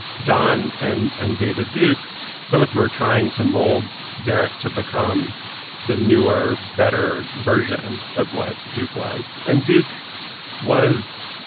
don and and david duke both were trying to mold derek to become the new or better version of what duke was. and duke was,